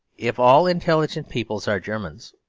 if all intelligent peoples are germans,